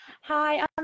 Hi